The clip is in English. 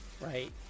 right